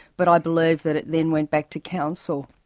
but i believe that it then went back to council,